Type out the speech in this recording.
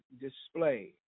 display